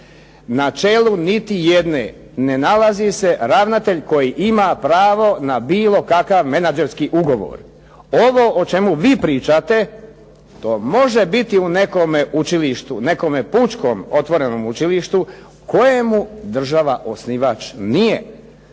Na čelu niti jedne ne nalazi se ravnatelj koji ima pravo na bilo kakav menadžerski ugovor, ovo o čemu vi pričate to može biti u nekom učilištu, nekome Pučkom otvorenom učilištu kojemu država osnivač nije.